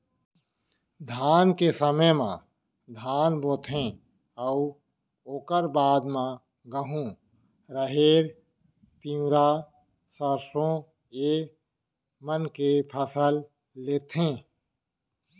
धान के समे म धान बोथें अउ ओकर बाद म गहूँ, राहेर, तिंवरा, सरसों ए मन के फसल लेथें